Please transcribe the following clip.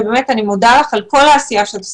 ובאמת אני מודה לך על כל העשייה שאת עושה,